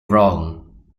wrong